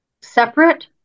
separate